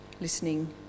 listening